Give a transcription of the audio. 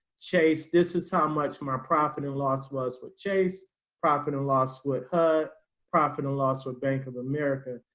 chase, this is how much my profit and loss was with chase profit and loss with her profit and loss with bank of america,